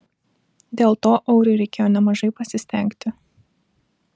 dėl to auriui reikėjo nemažai pasistengti